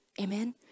Amen